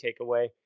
takeaway